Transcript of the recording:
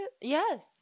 Yes